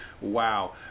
Wow